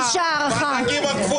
חצי שעה בינתיים.